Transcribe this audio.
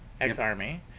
Ex-army